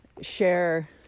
share